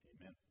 Amen